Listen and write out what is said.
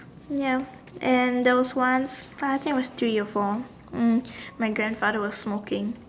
ya and there was once I think I was three years old mm my grandfather was smoking